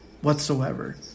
whatsoever